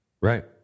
Right